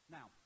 Now